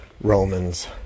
Romans